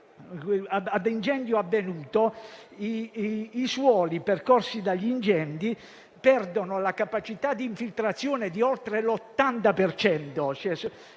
a incendio avvenuto, i suoli percorsi dagli incendi perdono la capacità di infiltrazione per oltre l'80